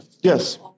Yes